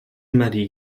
marie